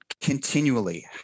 continually